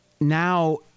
now